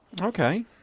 Okay